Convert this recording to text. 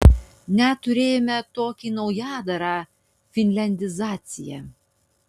net turėjome tokį naujadarą finliandizacija